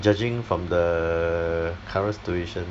judging from the current situation